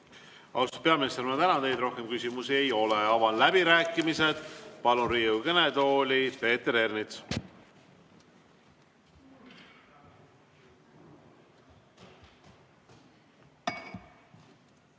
Austatud peaminister, ma tänan teid! Rohkem küsimusi ei ole. Avan läbirääkimised. Palun Riigikogu kõnetooli Peeter Ernitsa.